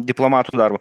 diplomatų darbo